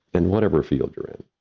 in whatever field you're in.